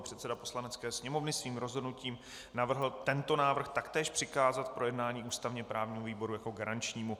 Předseda Poslanecké sněmovny svým rozhodnutím navrhl tento návrh taktéž přikázat k projednání ústavněprávnímu výboru jako garančnímu.